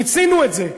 מיצינו את זה.